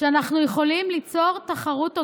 שאנחנו יכולים ליצור תחרות הוגנת.